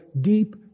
deep